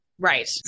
Right